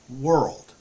world